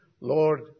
Lord